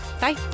Bye